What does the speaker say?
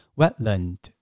wetland